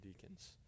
deacons